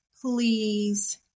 please